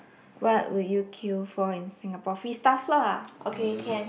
what would you queue for in Singapore free stuff lah okay can